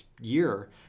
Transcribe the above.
year